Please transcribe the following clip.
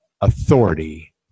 authority